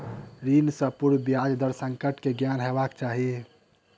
ऋण सॅ पूर्व ब्याज दर संकट के ज्ञान हेबाक चाही